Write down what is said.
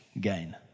gain